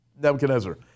Nebuchadnezzar